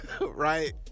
Right